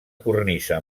cornisa